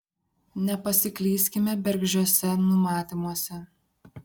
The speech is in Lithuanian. nepasiklyskime bergždžiuose numatymuose